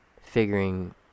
figuring